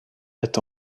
est